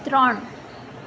ત્રણ